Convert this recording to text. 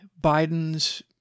Biden's